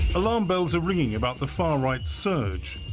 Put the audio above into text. alarm bells are ringing about the far right's surge.